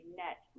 net